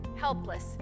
helpless